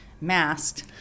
masked